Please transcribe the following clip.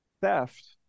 Theft